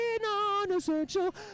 non-essential